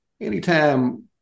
anytime